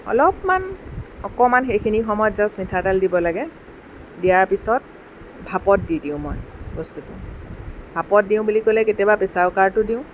অলপমান অকণমান সেইখিনি সময়ত জাষ্ট মিঠাতেল দিব লাগে দিয়াৰ পিছত ভাপত দি দিওঁ মই বস্তুটো ভাপত দিওঁ বুলি ক'লে কেতিয়াবা প্ৰেছাৰ কুকাৰতো দিওঁ